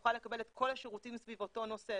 שתוכל לקבל את כל השירותים סביב אותו נושא.